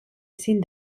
sin